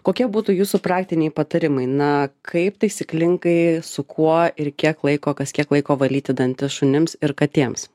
kokie būtų jūsų praktiniai patarimai na kaip taisyklingai su kuo ir kiek laiko kas kiek laiko valyti dantis šunims ir katėms